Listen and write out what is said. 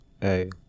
hey